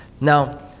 Now